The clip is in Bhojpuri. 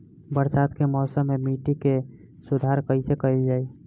बरसात के मौसम में मिट्टी के सुधार कइसे कइल जाई?